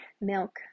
Milk